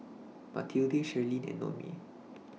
Matilde Sherlyn and Noemi